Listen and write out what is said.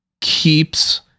keeps